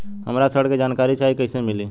हमरा ऋण के जानकारी चाही कइसे मिली?